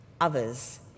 others